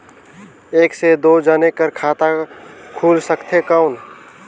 एक से दो जने कर खाता खुल सकथे कौन?